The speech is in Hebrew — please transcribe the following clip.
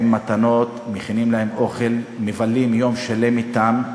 עם מתנות, מכינים להם אוכל, מבלים יום שלם אתם.